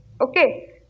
Okay